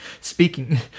Speaking